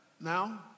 now